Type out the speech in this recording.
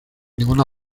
ninguna